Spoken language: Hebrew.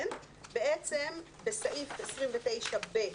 בסעיף 29(ב)